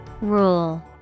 Rule